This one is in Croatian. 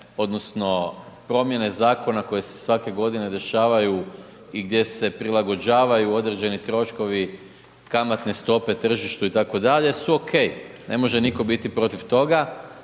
odnosno promjene zakona koje se svake godine dešavaju i gdje se prilagođavaju određeni troškovi kamatne stope tržištu itd. su okej, ne može nitko biti protiv toga.